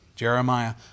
Jeremiah